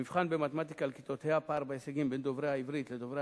במבחן במתמטיקה לכיתות ה' הפער בהישגים בין דוברי העברית לדוברי